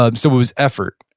ah um so it was effort.